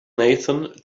nathan